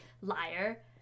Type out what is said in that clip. liar